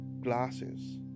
glasses